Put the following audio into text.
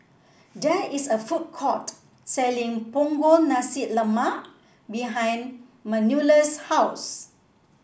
there is a food court selling Punggol Nasi Lemak behind Manuela's house